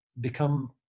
Become